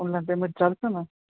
online payment ચાલશેને